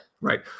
right